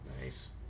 Nice